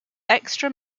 extra